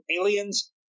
Aliens